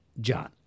John